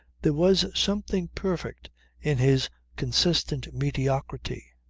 there was something perfect in his consistent mediocrity.